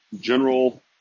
general